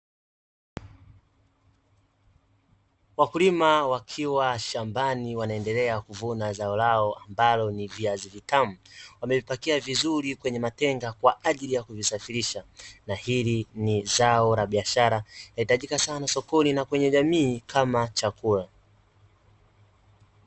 Wakulima wakiwa shambani wanaendelea kuvuna zao lao ambalo ni viazi vitamu. Wamevipakia vizuri kwenye matenga kwa ajili ya kuvisafirisha. Na hili ni zao la biashara linahitajika sana sokoni na kwenye jamii kama kama chakula.